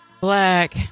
black